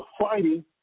fighting